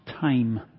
time